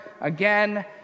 again